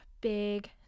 Big